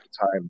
time